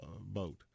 boat